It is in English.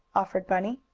offered bunny.